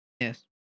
Yes